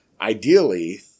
ideally